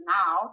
now